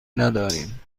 نداریم